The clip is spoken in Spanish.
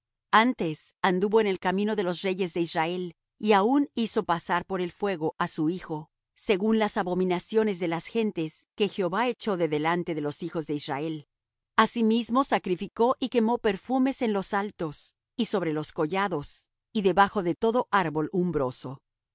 antes anduvo en el camino de los reyes de israel y aun hizo pasar por el fuego á su hijo según las abominaciones de las gentes que jehová echó de delante de los hijos de israel asimismo sacrificó y quemó perfumes en los altos y sobre los collados y debajo de todo árbol umbroso